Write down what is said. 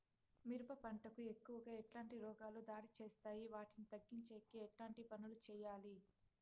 మిరప పంట కు ఎక్కువగా ఎట్లాంటి రోగాలు దాడి చేస్తాయి వాటిని తగ్గించేకి ఎట్లాంటి పనులు చెయ్యాలి?